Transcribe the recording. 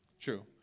True